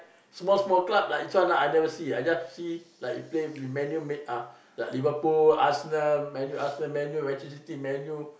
small small club like this one ah I never see I just see like play with Man-U mainly ah like Liverpool Arsenal Man-U Arsenal Man-U Manchester-City Man-U